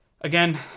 Again